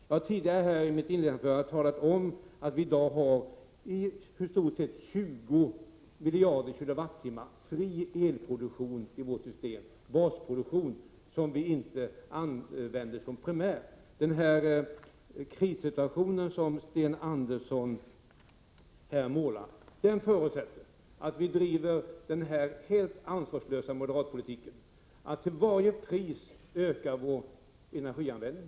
Jag har tidigare här talat om att vi i dag producerar i vårt energisystem i stort sett 20 miljarder kilowattimmar ”fri” energi som vi inte använder. Den krissituation som Sten Andersson här målade upp förutsätter att vi driver en helt ansvarslös moderatpolitik, att vi till varje pris ökar vår energianvändning.